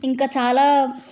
ఇంకా చాలా